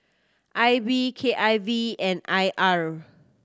I B K I V and I R